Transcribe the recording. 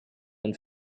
and